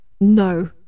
no